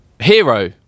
Hero